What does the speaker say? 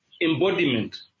embodiment